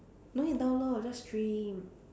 no need download just stream